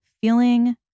feeling